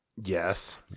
Yes